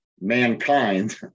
mankind